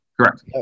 Correct